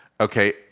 Okay